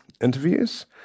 interviews